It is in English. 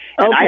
Okay